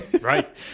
Right